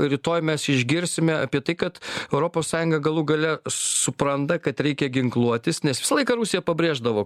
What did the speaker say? rytoj mes išgirsime apie tai kad europos sąjunga galų gale supranta kad reikia ginkluotis nes visą laiką rusija pabrėždavo